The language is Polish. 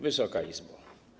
Wysoka Izbo!